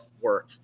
work